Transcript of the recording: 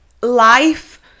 Life